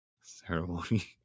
ceremony